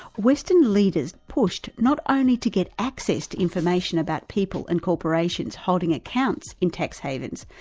western leaders pushed not only to get access to information about people and corporations holding accounts in tax havens,